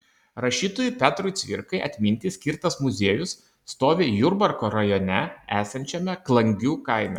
rašytojui petrui cvirkai atminti skirtas muziejus stovi jurbarko rajone esančiame klangių kaime